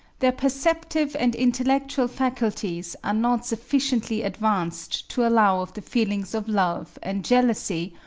their perceptive and intellectual faculties are not sufficiently advanced to allow of the feelings of love and jealousy,